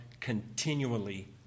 continually